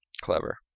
Clever